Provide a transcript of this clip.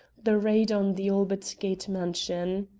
the raid on the albert gate mansion.